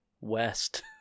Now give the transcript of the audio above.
west